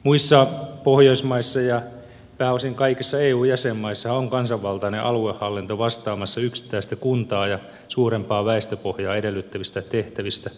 muissa pohjoismaissa ja pääosin kaikissa eu jäsenmaissa on kansanvaltainen aluehallinto vastaamassa yksittäistä kuntaa ja suurempaa väestöpohjaa edellyttävistä tehtävistä